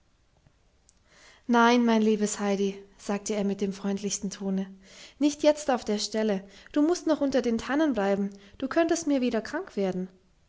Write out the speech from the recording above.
nein mein liebes heidi sagte er mit dem freundlichsten tone nicht jetzt auf der stelle du mußt noch unter den tannen bleiben du könntest mir wieder krank werden